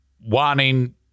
wanting